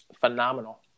phenomenal